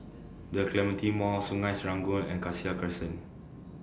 The Clementi Mall Sungei Serangoon and Cassia Crescent